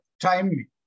Timely